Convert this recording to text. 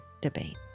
Debate